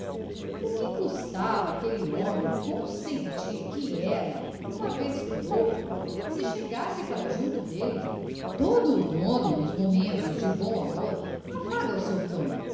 o que custava aquele homem consentir que ela uma vez por outra se chegasse para junto dele todo o dono nos momentos de bom humor afaga o seu cão